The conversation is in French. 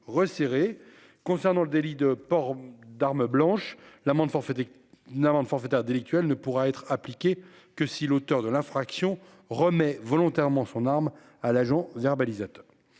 concernant le délit de port d'arme blanche, l'amende forfaitaire n'amende forfaitaire délictuelle ne pourra être appliquée que si l'auteur de l'infraction remet volontairement son arme à l'agent verbalisateur.